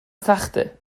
سخته